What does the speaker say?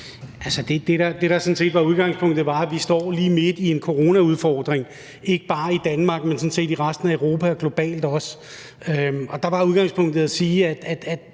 set var udgangspunktet, var, at vi står lige midt i en coronaudfordring, ikke bare i Danmark, men sådan set i resten af Europa og også globalt. Der var udgangspunktet at sige,